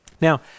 Now